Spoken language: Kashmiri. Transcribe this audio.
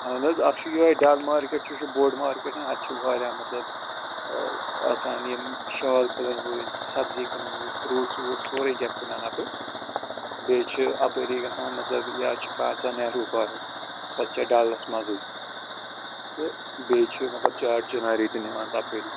اہن حظ اَکھ چھُ یِہے ڈَل مارکیٹ چھُ یہِ چھُ بوٚڑ مارکیٹَن اَتہِ چھُ واریاہ مطلب آسان یِم شال کٕنَن وٲلۍ سبزی کٕنن وٲلۍ فروٗٹٕس ووٗٹٕس سورُے کیٛنہہ کٕنان اَپٲرۍ بیٚیہِ چھِ اَپٲری گژھان مطلب یا چھُ کانٛہہ گژھان نہروٗ پارک سۄ تہِ چھےٚ ڈَلَس منٛزٕے تہٕ بیٚیہِ چھِ مطلب چاڑ چِناری تہِ نِوان تَپٲری